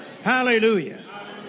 Hallelujah